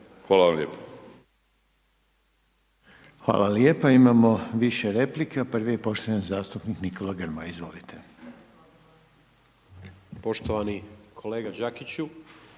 Željko (HDZ)** Hvala lijepa. Imamo više replika. Prvi je poštovani zastupnik Nikola Grmoja. Izvolite. **Grmoja, Nikola